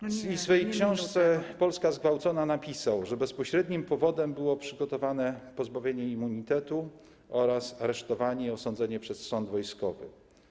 W swej książce „Polska zgwałcona” napisał, że bezpośrednim powodem było przygotowane pozbawienie immunitetu oraz aresztowanie i osądzenie przez sąd wojskowy.